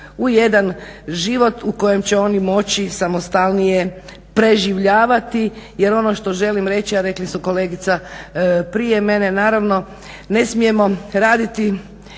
u jedan život u kojem će oni moći samostalnije preživljavati. Jer ono što želim reći, a rekli su kolegica prije mene, naravno ne smijemo raditi